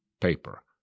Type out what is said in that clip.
paper